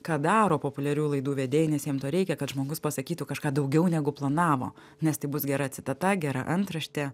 ką daro populiarių laidų vedėjai nes jiem to reikia kad žmogus pasakytų kažką daugiau negu planavo nes tai bus gera citata gera antraštė